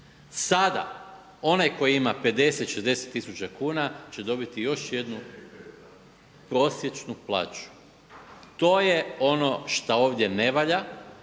sada onaj koji ima 50, 60 tisuća kuna će dobiti još jednu prosječnu plaću, to je ono šta ovdje ne valja.